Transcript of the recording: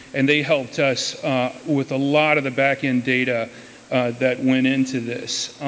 and they helped us with a lot of the back end data that went into this.